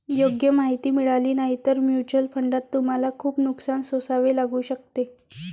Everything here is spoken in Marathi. योग्य माहिती मिळाली नाही तर म्युच्युअल फंडात तुम्हाला खूप नुकसान सोसावे लागू शकते